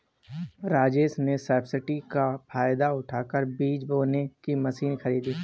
राजेश ने सब्सिडी का फायदा उठाकर बीज बोने की मशीन खरीदी